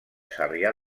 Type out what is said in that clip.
sarrià